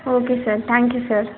okay sir thank you sir